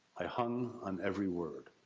i hung on every word.